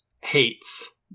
hates